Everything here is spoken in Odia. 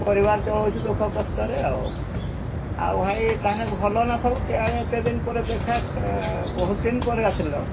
ପରିବାର ଚଳୁଛି ଦୁଃଖକଷ୍ଟରେ ଆଉ ଆଉ ଭାଇ ତାହେଲେ ଭଲ ନା ସବୁ ସେଇଆଡ଼େ ଏତେ ଦିନ ପରେ ଦେଖା ବହୁତ ଦିନ ପରେ ଆସିଲ